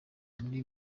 muri